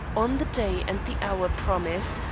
on the day and the hour promised,